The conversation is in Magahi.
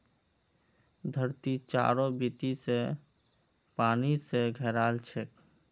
धरती चारों बीती स पानी स घेराल छेक